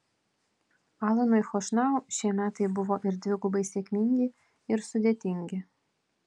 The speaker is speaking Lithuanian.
alanui chošnau šie metai buvo ir dvigubai sėkmingi ir sudėtingi